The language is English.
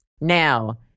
Now